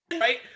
Right